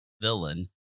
villain